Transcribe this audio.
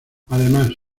además